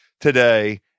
today